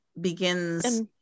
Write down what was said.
begins